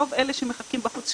רוב אלה שמחכים בחוץ,